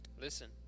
Listen